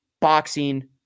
boxing